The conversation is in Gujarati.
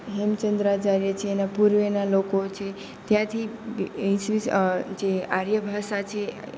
હેમચંદ્રાચાર્ય છે એના પૂર્વેના લોકો છે ત્યાંથી જે આર્ય ભાષા છે